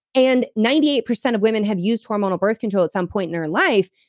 and ninety eight percent of women have used hormonal birth control at some point in their life,